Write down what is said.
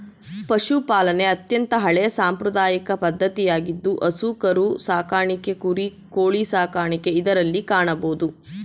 ಪಶುಪಾಲನೆ ಅತ್ಯಂತ ಹಳೆಯ ಸಾಂಪ್ರದಾಯಿಕ ಪದ್ಧತಿಯಾಗಿದ್ದು ಹಸು ಕರು ಸಾಕಣೆ ಕುರಿ, ಕೋಳಿ ಸಾಕಣೆ ಇದರಲ್ಲಿ ಕಾಣಬೋದು